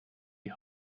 die